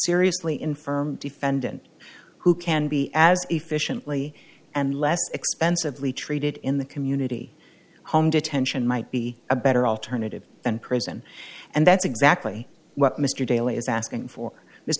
seriously infirm defendant who can be as efficiently and less expensively treated in the community home detention might be a better alternative than prison and that's exactly what mr daly is asking for